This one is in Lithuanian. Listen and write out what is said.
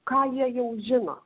ką jie jau žino